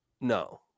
no